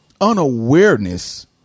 unawareness